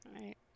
right